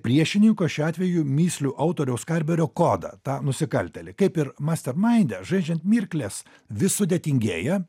priešininko šiuo atveju mįslių autoriaus karberio kodą tą nusikaltėlį kaip ir master mainde žaidžiant mirkles vis sudėtingėja